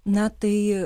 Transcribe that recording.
na tai